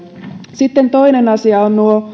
sitten toinen asia